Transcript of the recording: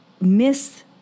miss